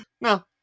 No